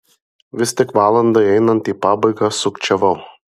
vis tik valandai einant į pabaigą sukčiavau